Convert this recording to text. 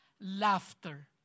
Laughter